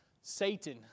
Satan